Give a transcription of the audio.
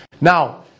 Now